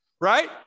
Right